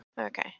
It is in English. Okay